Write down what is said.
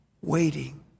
waiting